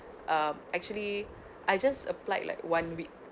um actually I just applied like one week